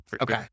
Okay